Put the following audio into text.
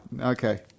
Okay